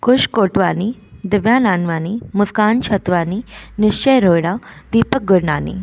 खुश कोटवानी दिव्या नानवानी मुस्कान छतवानी निश्चय रोहिड़ा दीपक गुरनानी